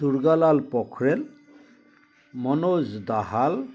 Durgalal Pokhrel Manoj Dahal